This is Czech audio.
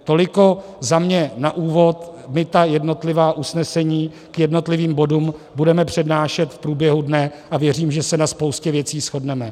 Toliko za mě na úvod, my ta jednotlivá usnesení k jednotlivým bodům budeme přednášet v průběhu dne a věřím, že se na spoustě věcí shodneme.